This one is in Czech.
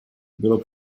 bylo